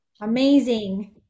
amazing